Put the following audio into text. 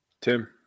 Tim